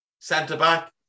centre-back